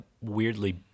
weirdly